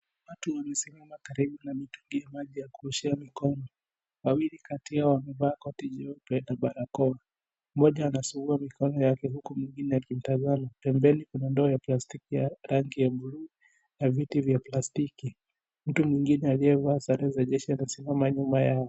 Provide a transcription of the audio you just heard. Watu wamesimama karibu na mitungi ya maji ya kuoshea mikono. Wawili kati yao wamevaa koti jeupe na barakoa. Mmoja anasugua mikono yake huku mwingine akimtazama , pembeni kuna ndoo ya plastiki ya rangi ya bluu na viti vya plastiki. Mtu mwingine aliyevaa sare za jeshi anasimama nyuma yao.